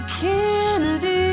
candy